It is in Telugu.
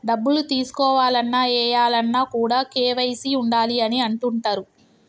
డబ్బులు తీసుకోవాలన్న, ఏయాలన్న కూడా కేవైసీ ఉండాలి అని అంటుంటరు